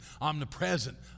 omnipresent